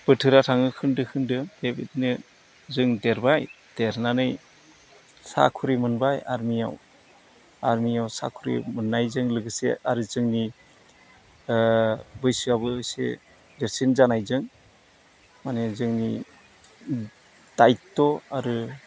बोथोरा थाङो खोन्दो खोन्दो बेबायदिनो जों देरबाय देरनानै साख्रि मोनबाय आर्मियाव आर्मियाव साख्रि मोननायजों लोगोसे आरो जोंनि बैसोआवबो इसे देरसिन जानायजों माने जोंनि दायथ' आरो